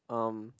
umm